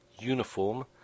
Uniform